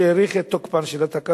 שהאריך את תוקפן של התקנות,